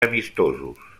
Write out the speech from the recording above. amistosos